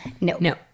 No